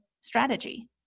strategy